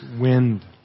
wind